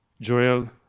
Joel